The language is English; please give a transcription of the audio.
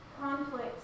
Conflict